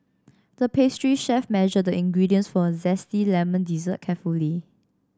the pastry chef measured the ingredients for a zesty lemon dessert carefully